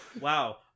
Wow